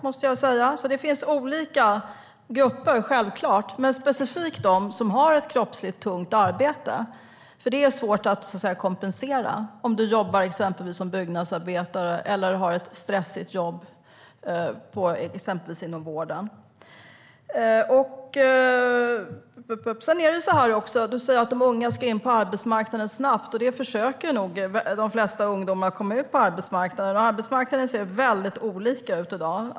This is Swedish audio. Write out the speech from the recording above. Det finns alltså självklart olika grupper, men specifikt handlar det om dem som har ett kroppsligt tungt arbete, exempelvis byggnadsarbetare eller de som har ett stressigt jobb inom vården, för det är svårt att kompensera. Du säger att de unga ska in på arbetsmarknaden snabbt. De flesta ungdomar försöker nog komma ut på arbetsmarknaden, och den ser annorlunda ut i dag.